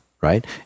right